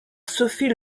sophie